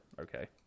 okay